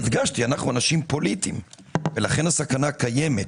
הדגשתי, אנחנו אנשים פוליטיים ולכן הסכנה קיימת.